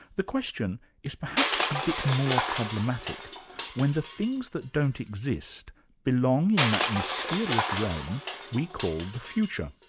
the question is perhaps a bit more problematic when the things that don't exist belong in that mysterious realm we call the future.